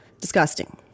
Disgusting